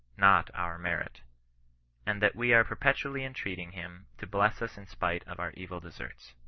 not our merit and that we are perpetually entreating him to bless us in spite of our evil deserts.